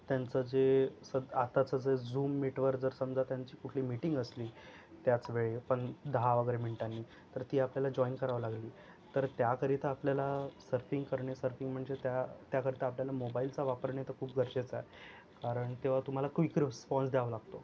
त्यांचं जे सद आताचं जे झूम मीटवर जर समजा त्यांची कुठली मिटींग असली त्याचवेळी पण दहा वगैरे मिनिटांनी तर ती आपल्याला जॉईन करावी लागली तर त्याकरिता आपल्याला सर्फिंग करणे सर्फिंग म्हणजे त्या त्याकरिता आपल्याला मोबाईलचा वापरणे तर खूप गरजेचा आहे कारण तेव्हा तुम्हाला क्वीक रिस्पॉन्स द्यावा लागतो